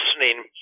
listening